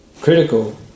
critical